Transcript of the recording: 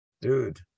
Dude